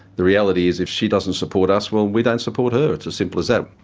the reality is, if she doesn't support us, well, we don't support her. it's as simple as that.